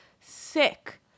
sick